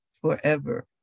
forever